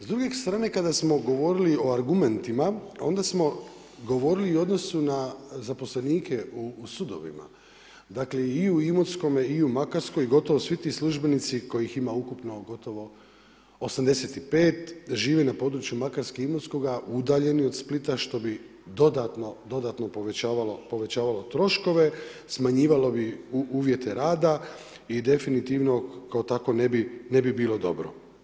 S druge strane kada smo govorili o argumentima, onda smo govorili o odnosu na zaposlenike u sudovima, dakle i u Imotskome i u Makarskoj gotovo svi ti službenici kojih ima ukupno gotovo 85 žive na području Makarske i Imotskoga udaljeni od Splita što bi dodatno, dodatno povećavalo troškove, smanjivalo bi uvjete rada i definitivno kao tako ne bi bilo dobro.